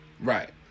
Right